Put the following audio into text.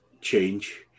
change